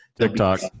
TikTok